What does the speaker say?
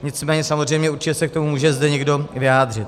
Nicméně samozřejmě určitě se k tomu může zde někdo vyjádřit.